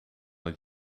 het